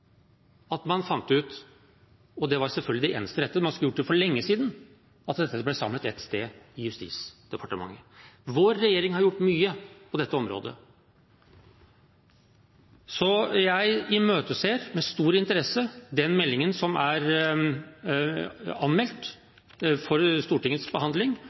at man fant ut – og det var selvfølgelig det eneste rette; man skulle ha gjort det for lenge siden – at dette skulle samles ett sted, i Justis- og beredskapsdepartementet. Vår regjering har gjort mye på dette området. Så jeg imøteser med stor interesse meldingen som er innmeldt for Stortingets behandling